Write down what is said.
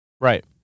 Right